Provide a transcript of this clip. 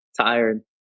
Tired